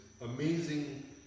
amazing